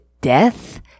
death